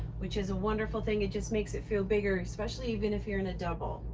which is a wonderful thing it just makes it feel bigger, especially even if you're in a double.